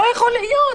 זה לא יכול להיות.